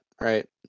right